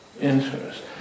interest